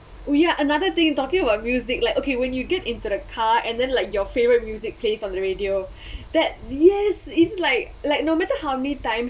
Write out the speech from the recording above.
oh ya another thing you talking about music like okay when you get into the car and then like your favourite music plays on the radio that yes is like like no matter how many times